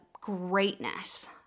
greatness